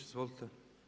Izvolite.